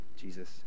Jesus